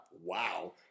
Wow